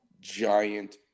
giant